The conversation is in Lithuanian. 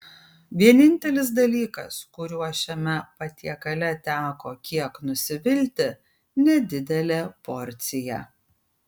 vienintelis dalykas kuriuo šiame patiekale teko kiek nusivilti nedidelė porcija